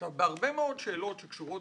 בהרבה מאוד שאלות שקשורות